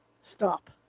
Stop